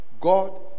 God